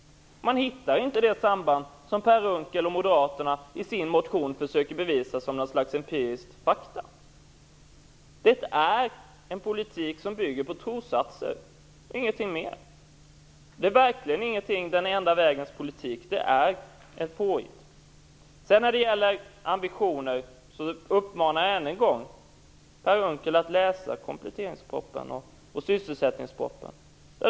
Man hittar inte det samband som Per Unckel och Moderaterna i sin motion försöker bevisa som något slags empiriskt fakta. Det är en politik som bygger på trossatser - ingenting mer. Den enda vägens politik är verkligen ingenting. Den är ett påhitt. När det gäller ambitioner uppmanar jag än en gång Per Unckel att läsa kompletteringspropositionen och sysselsättningspropositionen.